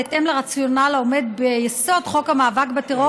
בהתאם לרציונל העומד ביסוד חוק המאבק בטרור,